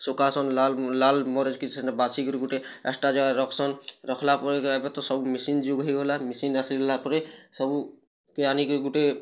ସୁକାସନ୍ ଲାଲ୍ ଲାଲ୍ ମିରିଚ କି ସେନେ ବାସିକରି ଗୁଟେ ଏକ୍ସଟ୍ରା ଜାଗାରେ ରଖୁସନ୍ ରଖ୍ଲା ପରେ ଏବେ ତ ସବୁ ମେସିନ୍ ଯୁଗ ହେଇଗଲା ମେସିନ୍ ଆସିଲା ପରେ ସବୁ ଆନିକିରି ଗୁଟେ